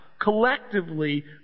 collectively